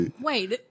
Wait